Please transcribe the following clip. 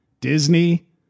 Disney